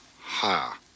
Ha